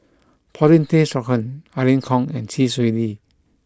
Paulin Tay Straughan Irene Khong and Chee Swee Lee